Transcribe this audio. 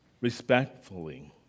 respectfully